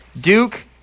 duke